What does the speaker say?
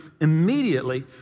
immediately